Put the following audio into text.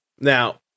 Now